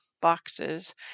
boxes